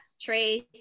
Trace